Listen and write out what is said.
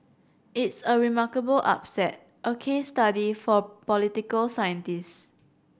it's a remarkable upset a case study for political scientists